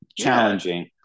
challenging